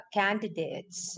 candidates